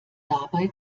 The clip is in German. dabei